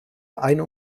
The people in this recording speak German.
eine